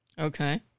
Okay